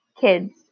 kids